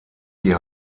die